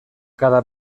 cada